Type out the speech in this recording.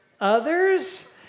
others